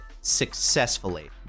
successfully